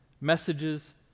messages